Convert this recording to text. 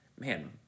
man